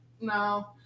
No